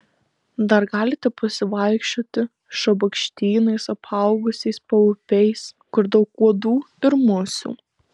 dar galite pasivaikščioti šabakštynais apaugusiais paupiais kur daug uodų ir musių